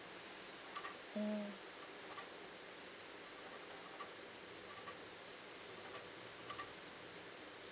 mm